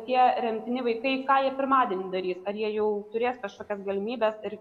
tie remtini vaikai ką jie pirmadienį darys ar jie jau turės kažkokias galimybes ir